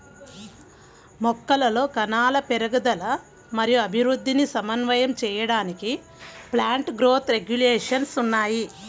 మొక్కలలో కణాల పెరుగుదల మరియు అభివృద్ధిని సమన్వయం చేయడానికి ప్లాంట్ గ్రోత్ రెగ్యులేషన్స్ ఉన్నాయి